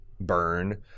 burn